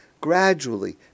gradually